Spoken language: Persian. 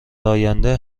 آینده